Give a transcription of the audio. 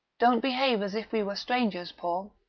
don't behave as if we were strangers, paul.